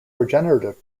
regenerative